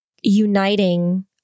uniting